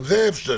גם זה אפשרי.